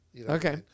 okay